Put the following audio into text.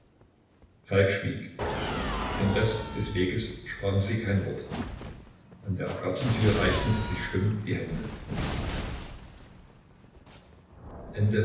falk schwieg den rest des weges sprachen sie kein wort an der gartentür reichten sie sich stumm die hände